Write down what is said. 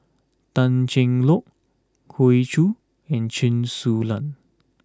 Tan Cheng Lock Hoey Choo and Chen Su Lan